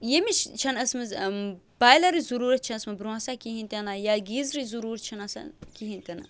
ییٚمِچ چھَنہٕ ٲسمٕژ بایلرٕچ ضروٗرت چھِ ٲسمٕژ برٛونٛہہ آسان کِہیٖنٛۍ تہِ نہٕ یا گیٖزرٕچ ضروٗرت چھَنہٕ آسان کِہیٖنۍ تہِ نہٕ